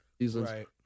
seasons